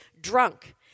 drunk